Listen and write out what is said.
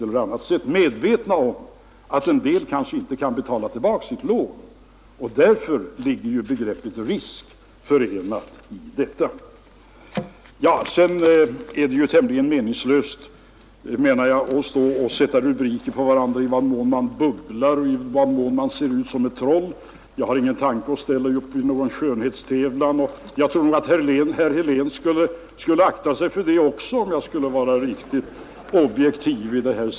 Vi har blivit medvetna om att en del kanske inte kan betala tillbaka sitt lån; det är den risk som är förbunden med detta. Det är tämligen meningslöst, menar jag, att sätta rubriker på varandra i termer som anger i vad mån man bubblar och i vad mån man ser ut som ett troll. Jag har ingen tanke på att ställa upp i någon skönhetstävling, och jag tror nog att herr Helén skulle akta sig för det också, om jag skall försöka vara objektiv.